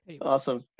awesome